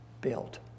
built